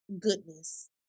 goodness